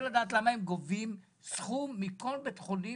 לדעת למה הם גובים סכום מכל בית חולים